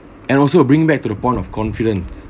and also bring back to the point of confidence